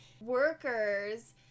workers